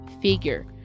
figure